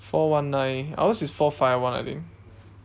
four one nine ours is four five one I think